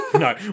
No